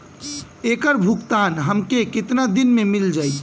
ऐकर भुगतान हमके कितना दिन में मील जाई?